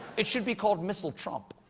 it should be called mistle-trump.